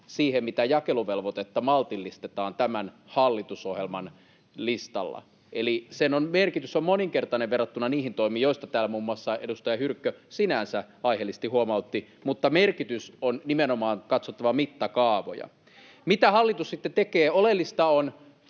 siihen, miten jakeluvelvoitetta maltillistetaan tämän hallitusohjelman listalla. Eli sen merkitys on moninkertainen verrattuna niihin toimiin, joista täällä muun muassa edustaja Hyrkkö sinänsä aiheellisesti huomautti. Mutta merkityksessä on nimenomaan katsottava mittakaavoja. Mitä hallitus sitten tekee? Oleellista on